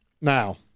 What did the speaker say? now